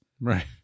Right